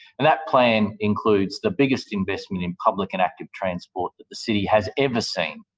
and that plan includes the biggest investment in public and active transport that the city has ever seen.